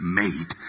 made